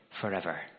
forever